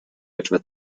etwa